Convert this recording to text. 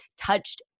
touched